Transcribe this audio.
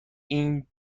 این